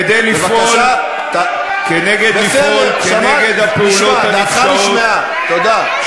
ישבו והיו שותפים, תודה,